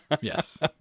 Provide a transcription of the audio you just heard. Yes